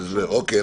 אוקיי.